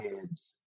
kids